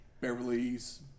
Beverly's